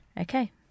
Okay